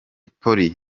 polly